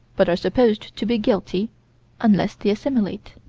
but are supposed to be guilty unless they assimilate.